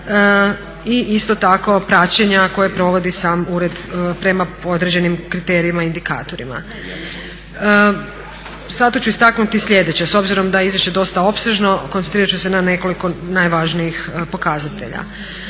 i isto tako praćenja koje provodi sam ured prema određenim kriterijima i indikatorima. Zato ću istaknuti sljedeće, s obzirom da je izvješće dosta opsežno koncentrirati ću se na nekoliko najvažnijih pokazatelja.